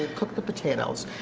ah cook the potatoes.